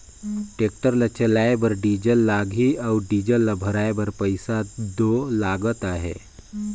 tractor ल चलाए बर डीजल लगही अउ डीजल भराए बर पइसा दो लगते अहे